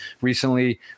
recently